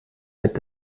mit